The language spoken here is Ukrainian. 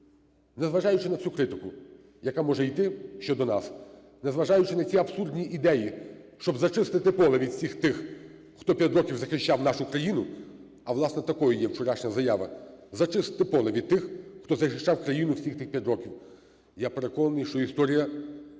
незважаючи на всю критику, яка може іти щодо нас, незважаючи на ці абсурдні ідеї, щоб зачистити поле від всіх тих, хто п'ять років захищав нашу країну, а власне, такою є вчорашня заява, зачистити поле від тих, хто захищав країну всі ці п'ять років, я переконаний, що історія дасть